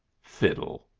fiddle!